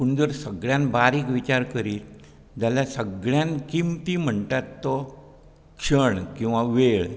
पूण जर सगळ्यांत बारीक विचार करीत जाल्यार सगळ्यांत किंमती म्हणटात तो क्षण किंवा वेळ